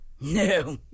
No